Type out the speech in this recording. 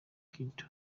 kidjo